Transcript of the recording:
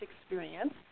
experience